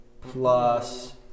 plus